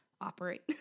operate